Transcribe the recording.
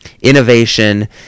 innovation